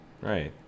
Right